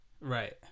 Right